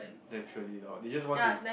naturally lorh they just want to